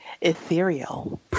ethereal